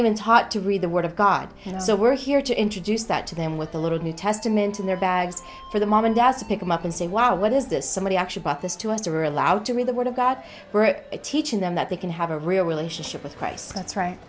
been taught to read the word of god and so we're here to introduce that to them with a little new testament in their bags for the moment as to pick them up and say wow what is this somebody actually bought this to us to are allowed to read the word of god we're teaching them that they can have a real relationship with christ that's right